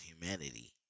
humanity